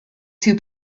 two